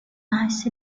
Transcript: nice